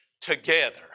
together